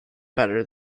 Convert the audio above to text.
better